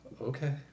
Okay